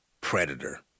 predator